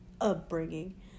upbringing